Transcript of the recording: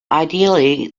ideally